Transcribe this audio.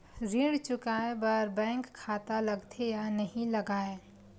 ऋण चुकाए बार बैंक खाता लगथे या नहीं लगाए?